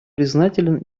признателен